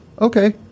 okay